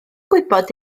gwybod